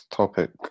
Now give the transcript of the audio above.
topic